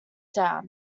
down